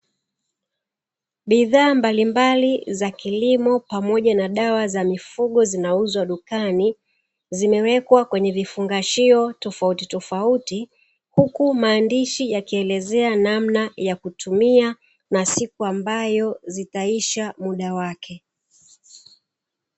Bidhaa mbalimbali za kilimo pamoja na dawa za mifugo zinauzwa dukani, zimewekwa kwenye vifungashio tofautitofauti huku maandishi yakiwlezea namna ya kutumia na siku ambayo zitaisha muda wake.